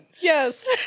Yes